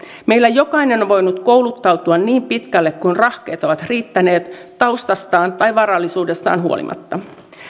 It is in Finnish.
meillä jokainen on voinut kouluttautua niin pitkälle kuin rahkeet ovat riittäneet taustastaan tai varallisuudestaan huolimatta